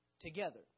together